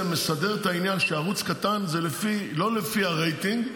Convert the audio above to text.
מסדר את העניין שערוץ קטן זה לא לפי הרייטינג,